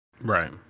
right